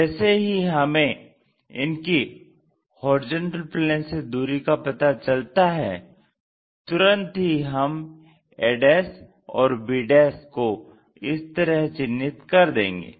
जैसे ही हमें इनकी HP से दूरी का पता चलता है तुरंत ही हम a और b को इस तरह चिन्हित कर देंगे